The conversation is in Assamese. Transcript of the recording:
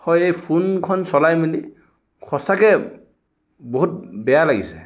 হয় এই ফোনখন চলাই মেলি সঁচাকৈ বহুত বেয়া লাগিছে